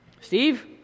Steve